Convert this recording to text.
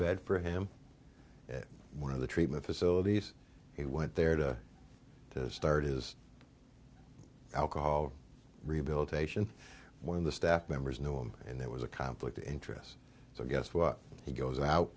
bed for him one of the treatment facilities he went there to start is alcohol rehabilitation one of the staff members knew him and there was a conflict of interest so guess what he goes out